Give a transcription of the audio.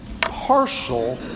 partial